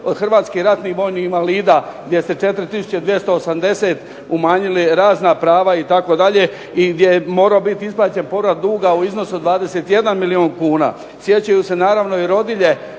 od Hrvatskih ratnih vojnih invalida gdje se 4 tisuće 280 umanjili razna prava itd. i gdje je morao biti izglađen povrat duga u iznosu od 21 milijun kuna. Sjećaju se naravno i rodilje